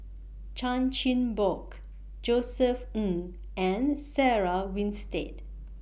Chan Chin Bock Josef Ng and Sarah Winstedt